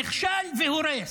נכשל והורס,